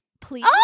please